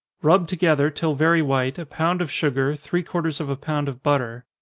rub together, till very white, a pound of sugar, three quarters of a pound of butter.